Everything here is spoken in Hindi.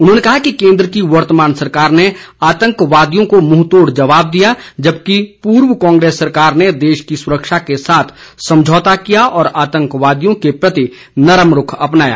उन्होंने कहा कि केन्द्र की वर्तमान सरकार ने आतंकवादियों को मुंहतोड़ जवाब दिया जबकि पूर्व कांग्रेस सरकार ने देश की सुरक्षा के साथ समझौता किया और आतंकियों के प्रति नरम रूख अपनाया